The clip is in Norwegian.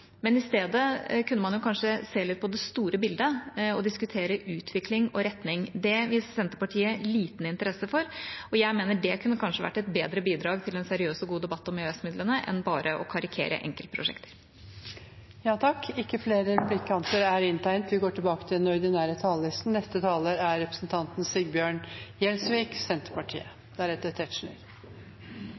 I stedet kunne man kanskje se litt på det store bildet og diskutere utvikling og retning. Det viser Senterpartiet liten interesse for. Jeg mener det kanskje kunne vært et bedre bidrag til en seriøs og god debatt om EØS-midlene enn bare å karikere enkeltprosjekter. Replikkordskiftet er omme. De talere som heretter får ordet, har en taletid på inntil 3 minutter. Det er